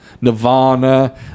Nirvana